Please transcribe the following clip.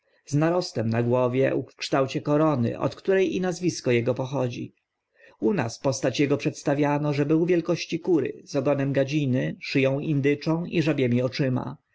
narostem na głowie w kształcie korony od które i nazwisko ego pochodzi u nas postać ego przedstawiano że był wielkości kury z ogonem gadziny szy ą indyczą i żabimi oczyma